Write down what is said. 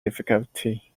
difficulty